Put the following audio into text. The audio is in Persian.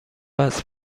وصل